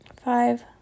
Five